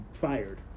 Fired